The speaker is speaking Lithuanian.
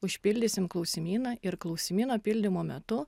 užpildysim klausimyną ir klausimyno pildymo metu